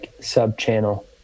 sub-channel